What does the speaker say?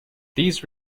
these